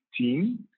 team